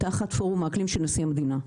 תחת פורום האקלים של נשיא המדינה.